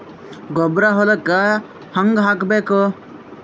ಗೊಬ್ಬರ ಹೊಲಕ್ಕ ಹಂಗ್ ಹಾಕಬೇಕು?